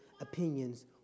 opinions